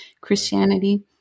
Christianity